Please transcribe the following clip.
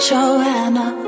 Joanna